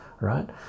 right